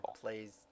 plays